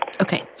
Okay